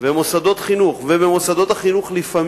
ומוסדות חינוך, ולפעמים